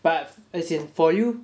but as in for you